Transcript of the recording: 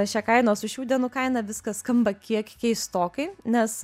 šią kainą su šių dienų kaina viskas skamba kiek keistokai nes